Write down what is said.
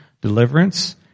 Deliverance